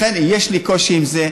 לכן, יש לי קושי עם זה.